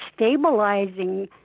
stabilizing